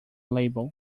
label